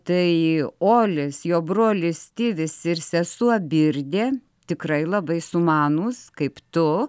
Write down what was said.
tai olis jo brolis tidis ir sesuo birdė tikrai labai sumanūs kaip tu